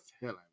hell